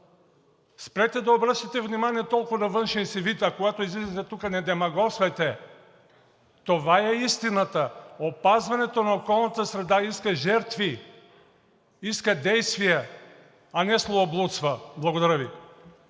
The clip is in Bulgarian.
Спрете да обръщате внимание толкова на външния си вид, а когато излизате тук, не демагогствайте! Това е истината – опазването на околната среда иска жертви, иска действия, а не словоблудства. Благодаря Ви.